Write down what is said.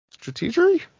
Strategery